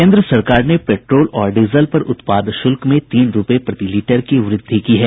केन्द्र सरकार ने पेट्रोल और डीजल पर उत्पाद शुल्क में तीन रुपये प्रति लीटर की वृद्धि की है